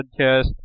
podcast